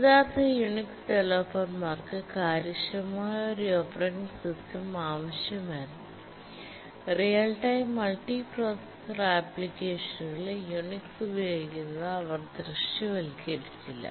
യഥാർത്ഥ യുണിക്സ് ഡവലപ്പർമാർക്ക് കാര്യക്ഷമമായ ഒരു ഓപ്പറേറ്റിംഗ് സിസ്റ്റം ആവശ്യമായിരുന്നു റിയൽ ടൈം മൾട്ടി പ്രോസസർ ആപ്ലിക്കേഷനുകളിൽ യുണിക്സ് ഉപയോഗിക്കുന്നത് അവർ ദൃശ്യവൽക്കരിച്ചില്ല